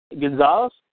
Gonzalez